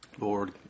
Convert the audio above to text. Lord